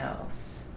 else